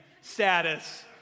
status